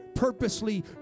purposely